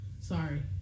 Sorry